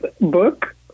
book